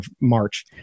March